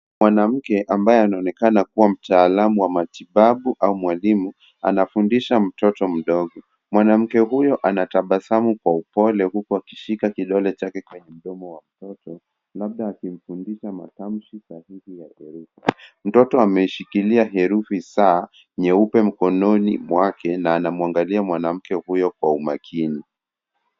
Mwanamke ambaye anaonekana kuwa mtaalamu wa matibabu au mwalimu anafundisha mtoto mdogo. Mwanamke huyo anatabasamu kwa upole huku akishika kidole chake kwa mdomo wa mtoto labda akimfundisha matamhi sahihi ya herufi. Mtoto ameishikilia hefi Sa nyeupe mkononi mwake na anamwangalia mwanamke huyo kwa umakini.